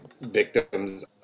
victims